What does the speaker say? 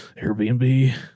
Airbnb